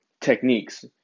techniques